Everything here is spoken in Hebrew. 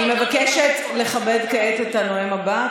אני מבקשת לכבד כעת את הנואם הבא.